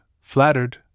flattered